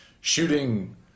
shooting